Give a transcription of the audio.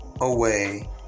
away